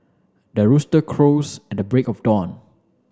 the rooster crows at the break of dawn